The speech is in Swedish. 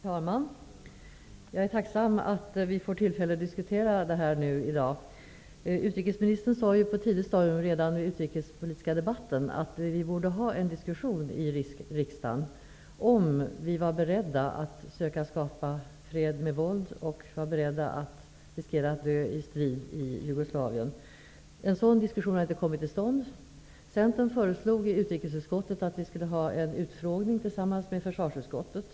Herr talman! Jag är tacksam att vi i dag fått tillfälle att diskutera denna fråga. Redan på ett tidigt stadium sade utrikesministern, i den utrikespolitiska debatten, att vi borde ha en diskussion i riksdagen om huruvida vi var beredda att skapa fred med våld och riskera att dö i strid i Jugoslavien. En sådan diskussion har inte kommit till stånd. I utrikesutskottet föreslog Centern att vi skulle ha en utfrågning tillsammans med försvarsutskottet.